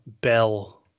Bell